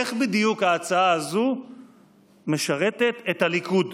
איך בדיוק ההצעה הזאת משרתת את הליכוד?